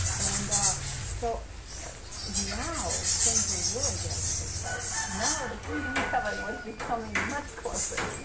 and so now, things were really getting exciting, now the kingdom of heaven was becoming much closer.